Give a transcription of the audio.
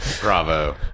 Bravo